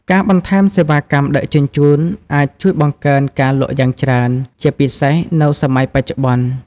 ការបន្ថែមសេវាកម្មដឹកជញ្ជូនអាចជួយបង្កើនការលក់យ៉ាងច្រើន ជាពិសេសនៅសម័យបច្ចុប្បន្ន។